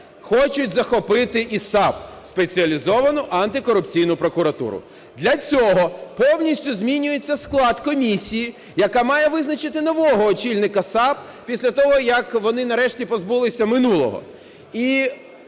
хочуть захопити і САП – Спеціалізовану антикорупційну прокуратуру. Для цього повністю змінюється склад комісії, яка має визначити нового очільника САП після того, як вони, нарешті, позбулися минулого.